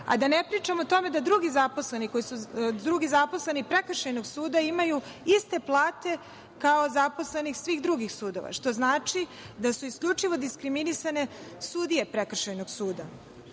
a da ne pričam o tome da drugi zaposleni prekršajnog suda imaju iste plate kao zaposleni svih drugih sudova, što znači da su isključivo diskriminisane sudije prekršajnog